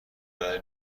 برای